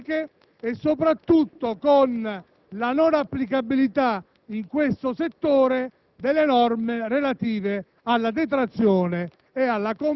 termini perentori, ricorso a modulistiche e, soprattutto, con la non applicabilità in questo settore